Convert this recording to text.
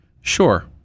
sure